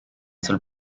sul